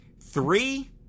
three